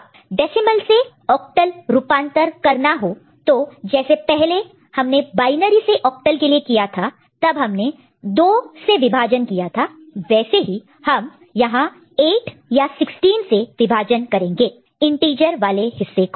decimal से octal रूपांतरकन्वर्शन conversion करना हो तो जैसे पहले हमने बायनरी से ऑक्टल के लिए किया था तब हमने 2 से डिवाइड किया था वैसे ही यहां हम 8 से या 16 से विभाजन डिवाइड divide करेंगे इंटीजर वाले हिस्से को